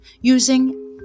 using